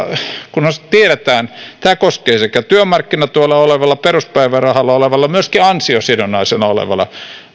kuten tiedetään tämä koskee sekä työmarkkinatuella olevaa peruspäivärahalla olevaa että myöskin ansiosidonnaisella olevaa